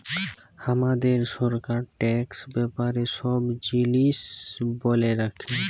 হামাদের সরকার ট্যাক্স ব্যাপারে সব জিলিস ব্যলে রাখে